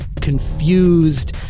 confused